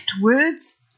words